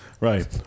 Right